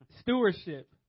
Stewardship